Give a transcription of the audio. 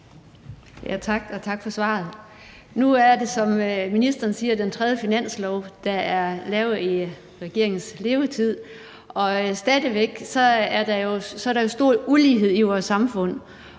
tak for svaret. Nu er det, som ministeren siger, den tredje finanslov, der er lavet i den her regerings levetid, og der er jo stadig væk stor ulighed i vores samfund.